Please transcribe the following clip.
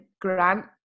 grant